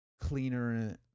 cleaner